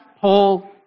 Paul